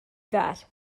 that